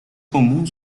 común